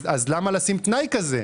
אז למה לקבוע תנאי כזה?